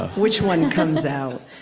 which one comes out.